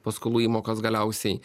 paskolų įmokos galiausiai